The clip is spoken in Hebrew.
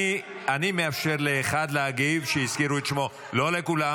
אני מאפשר לאחד שהזכירו את שמו להגיב, לא לכולם.